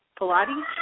Pilates